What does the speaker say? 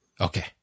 okay